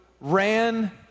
ran